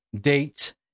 date